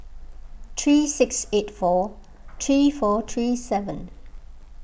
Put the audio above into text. three six eight four three four three seven